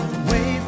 away